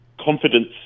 confidence